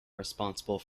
responsible